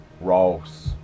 ross